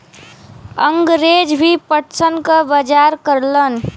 अंगरेज भी पटसन क बजार करलन